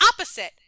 opposite